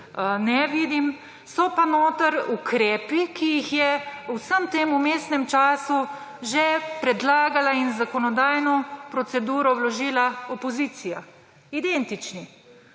ne vidim. So pa noter ukrepi, ki jih je v vsem tem vmesnem času že predlagala in v zakonodajno proceduro vložila opozicija, identični.